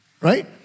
right